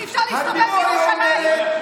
אי-אפשר להסתובב בירושלים.